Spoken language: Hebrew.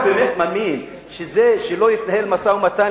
אתה באמת מאמין שזה שלא יתנהל משא-ומתן